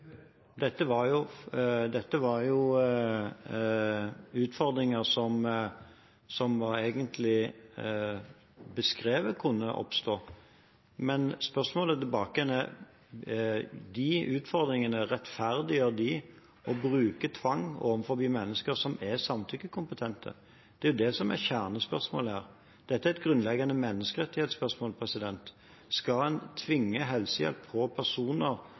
Dette var jo utfordringer som var beskrevet kunne oppstå. Men spørsmålet tilbake igjen er: Rettferdiggjør de utfordringene å bruke tvang overfor mennesker som er samtykkekompetente? Det er jo det som er kjernespørsmålet her. Dette er et grunnleggende menneskerettighetsspørsmål. Skal man tvinge helsehjelp på personer